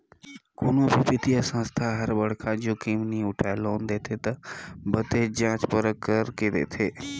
कोनो भी बित्तीय संस्था हर बड़खा जोखिम नी उठाय लोन देथे ता बतेच जांच परख कर देथे